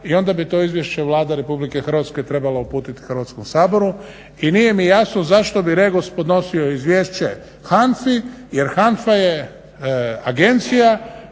i onda bi to izvješće Vlada RH trebala uputiti Hrvatskom saboru. I nije mi jasno zašto bi REGOS podnosio izvješće HANFA-i jer HANFA je agencija